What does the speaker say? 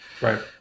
Right